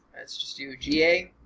let's just do ga.